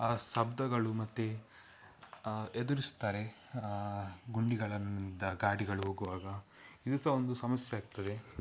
ಆ ಶಬ್ದಗಳು ಮತ್ತೆ ಎದುರಿಸ್ತಾರೆ ಗುಂಡಿಗಳಿಂದ ಗಾಡಿಗಳು ಹೋಗುವಾಗ ಇದು ಸಹ ಒಂದು ಸಮಸ್ಯೆ ಆಗ್ತದೆ